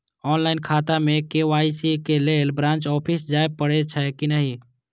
Online खाता में KYC के लेल ब्रांच ऑफिस जाय परेछै कि नहिं?